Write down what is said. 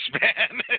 man